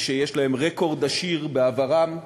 שיש להם רקורד עשיר בעברם,